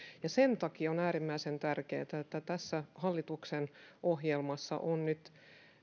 sen takia on äärimmäisen tärkeätä että tässä hallituksen ohjelmassa on nyt